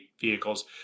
vehicles